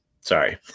Sorry